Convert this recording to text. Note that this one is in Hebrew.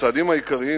הצעדים העיקריים,